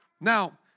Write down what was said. Now